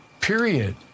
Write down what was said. Period